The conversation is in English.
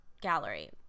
gallery